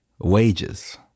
wages